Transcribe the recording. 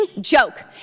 joke